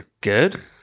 good